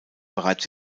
bereits